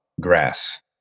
grass